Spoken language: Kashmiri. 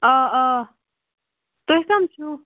آ آ تُہۍ کم چھو